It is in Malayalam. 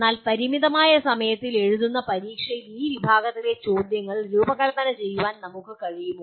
എന്നാൽ പരിമിതമായ സമയത്തിൽ എഴുതുന്ന പരീക്ഷയിൽ ഈ വിഭാഗത്തിലെ ചോദ്യങ്ങൾ രൂപകൽപ്പന ചെയ്യാൻ നമുക്ക് കഴിയുമോ